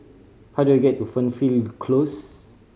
how do I get to Fernhill Close